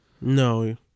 No